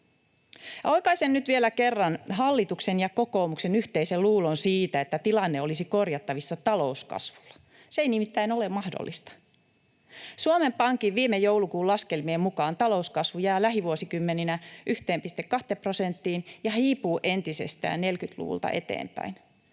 Oikaisen nyt vielä kerran hallituksen ja kokoomuksen yhteisen luulon siitä, että tilanne olisi korjattavissa talouskasvulla — se ei nimittäin ole mahdollista. Suomen Pankin viime joulukuun laskelmien mukaan talouskasvu jää lähivuosikymmeninä 1,2 prosenttiin ja hiipuu entisestään 40-luvulta eteenpäin.